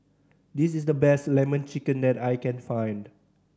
this is the best Lemon Chicken that I can find